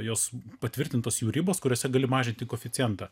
jos patvirtintos jų ribos kuriose gali mažinti koeficientą